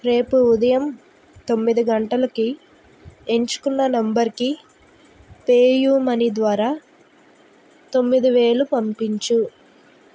రేపు ఉదయం తొమ్మిది గంటలకి ఎంచుకున్న నంబర్కి పేయూ మనీ ద్వారా తొమ్మిదివేలు పంపించు